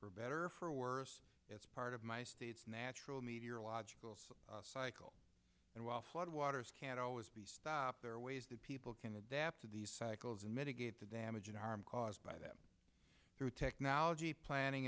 for better or for worse as part of my state's natural meteorological said cycle and while floodwaters can't always be stopped there are ways that people can adapt to these cycles and mitigate the damage and harm caused by them through technology planning